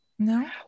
No